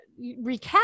recap